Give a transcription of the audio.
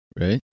right